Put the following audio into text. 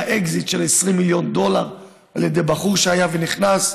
היה אקזיט של 20 מיליון דולר על ידי בחור שהיה ונכנס.